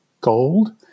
gold